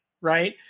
Right